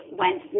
went